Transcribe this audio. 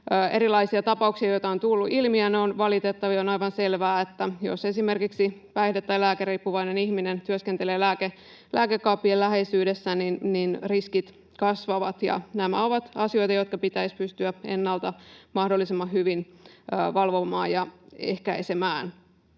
erilaisia ta-pauksia, joita on tullut ilmi, ja ne ovat valitettavia. On aivan selvää, että jos esimerkiksi päihde- tai lääkeriippuvainen ihminen työskentelee lääkekaappien läheisyydessä, niin riskit kasvavat. Nämä ovat asioita, jotka pitäisi pystyä ennalta mahdollisimman hyvin valvomaan ja ehkäisemään.